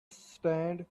stand